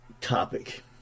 topic